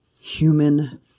human